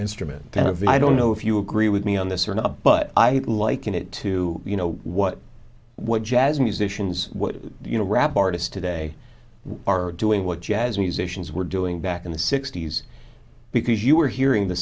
instrument kind of i don't know if you agree with me on this or not but i liken it to you know what what jazz musicians you know rap artists today are doing what jazz musicians were doing back in the sixty's because you were hearing the